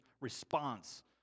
response